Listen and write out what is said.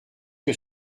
que